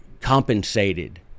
compensated